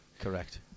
Correct